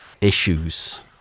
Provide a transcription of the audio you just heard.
issues